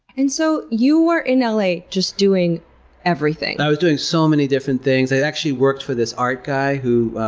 and so, you were in l a. just doing everything? i was doing so many different things. i actually worked for this art guy who